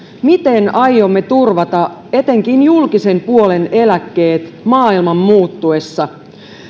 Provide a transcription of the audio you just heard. miten aiomme turvata etenkin julkisen puolen eläkkeet maailman muuttuessa